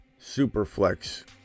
Superflex